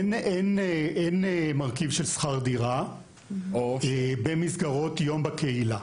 אין מרכיב של שכר דירה במסגרות יום בקהילה.